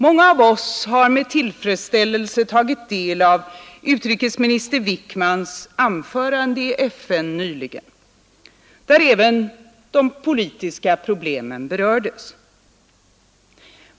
Många av oss har med tillfredsställelse tagit del av utrikesminister Wickmans anförande i FN nyligen, där även de politiska problemen berördes.